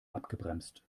abgebremst